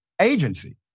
agency